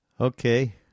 Okay